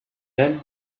then